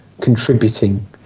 contributing